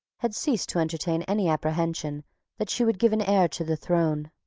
had ceased to entertain any apprehension that she would give an heir to the throne.